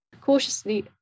cautiously